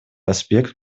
аспект